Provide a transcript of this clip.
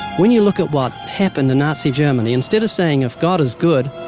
when you look at what happened in nazi germany, instead of saying, if god is good,